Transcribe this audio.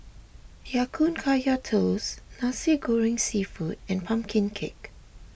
Ya Kun Kaya Toast Nasi Goreng Seafood and Pumpkin Cake